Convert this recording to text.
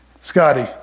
Scotty